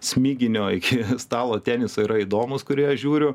smiginio iki stalo teniso yra įdomūs kurie juos žiūriu